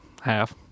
half